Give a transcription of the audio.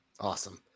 awesome